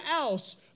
else